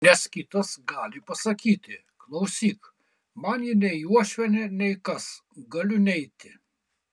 nes kitas gali pasakyti klausyk man ji nei uošvienė nei kas galiu neiti